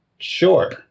Sure